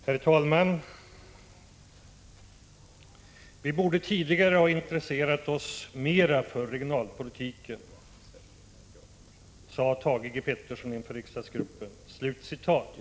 Herr talman! ”Vi borde tidigare ha intresserat oss mera för regionalpolitiken”, sade Thage Peterson inför den socialdemokratiska riksdagsgruppen.